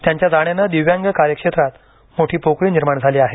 त्यांच्या जाण्यानं दिव्यांग कार्यक्षेत्रात मोठी पोकळी निर्माण झाली आहे